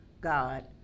God